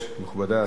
מכובדי השרים,